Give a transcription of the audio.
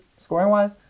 scoring-wise